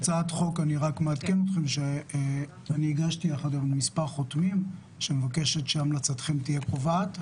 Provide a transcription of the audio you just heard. אני רק מעדכן שהגשתי הצעת חוק שמבקשת שהמלצתכם תהיה הקובעת.